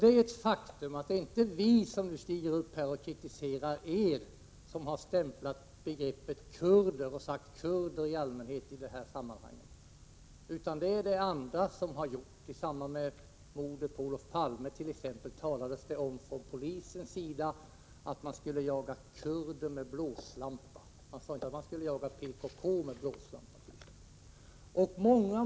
Det är ett faktum att det inte är vi som står upp här och kritiserar er som har stämplat begreppet kurder eller i allmänhet använt ordet kurder i detta sammanhang. Det är det andra som har gjort. I samband med mordet på Olof Palme talades det t.ex. från polisens sida om att man skulle jaga kurder med blåslampa. Man sade inte att man skulle jaga PKK med blåslampa.